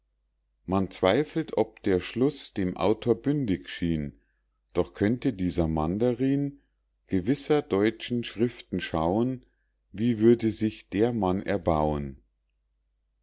man zweifelt ob der schluß dem autor bündig schien doch könnte dieser mandarin gewisser deutschen schriften schauen wie würde sich der mann erbauen